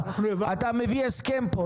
אתה מביא הסכם פה,